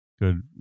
Good